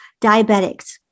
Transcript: diabetics